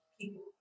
people